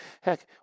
Heck